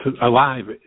alive